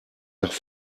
nach